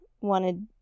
wanted